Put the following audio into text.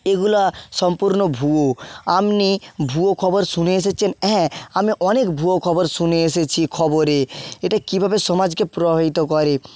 এগুলো সম্পূর্ণ ভুয়ো আপনি ভুয়ো খবর শুনে এসেছেন হ্যাঁ আমি অনেক ভুয়ো খবর শুনে এসেছি খবরে এটা কীভাবে সমাজকে প্রভাবিত করে